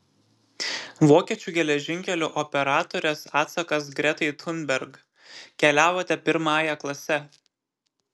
vokiečių geležinkelių operatorės atsakas gretai thunberg keliavote pirmąja klase